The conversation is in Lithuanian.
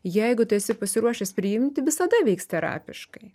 jeigu tu esi pasiruošęs priimti visada veiks terapiškai